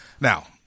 Now